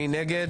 מי נגד?